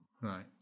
Right